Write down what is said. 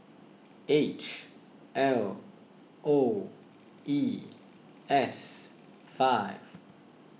H L O E S five